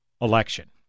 election